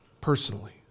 personally